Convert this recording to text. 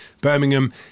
Birmingham